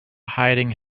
hiding